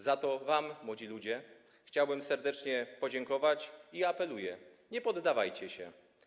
Za to wam, młodzi ludzie, chciałbym serdecznie podziękować i apeluję: nie poddawajcie się.